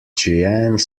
jeanne